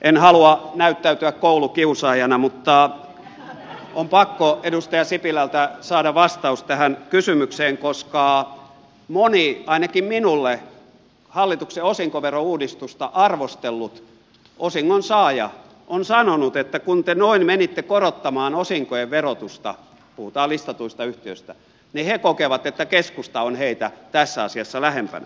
en halua näyttäytyä koulukiusaajana mutta on pakko edustaja sipilältä saada vastaus tähän kysymykseen koska moni ainakin minulle hallituksen osinkoverouudistusta arvostellut osingonsaaja on sanonut että kun te noin menitte korottamaan osinkojen verotusta puhutaan listatuista yhtiöistä niin he kokevat että keskusta on heitä tässä asiassa lähempänä